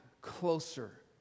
closer